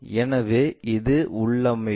எனவே இது உள்ளமைவு